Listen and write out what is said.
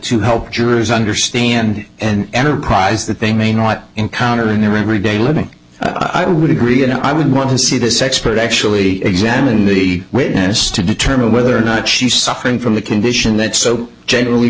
to help jurors understand and enterprise that they may not encounter in their everyday living i would agree and i would want to see this expert actually examine the witness to determine whether or not she's suffering from the condition that so generally